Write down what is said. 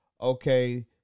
Okay